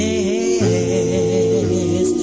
Yes